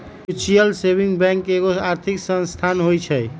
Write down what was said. mutual saving bank एगो आर्थिक संस्थान होइ छइ